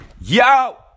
Yo